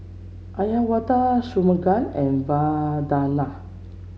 Uyyalawada Shunmugam and Vandana